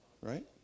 right